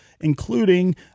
including